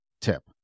tip